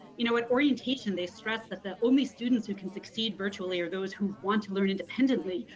you know, at orientation, they stress that the only students who can succeed virtually are those who want to learn independently,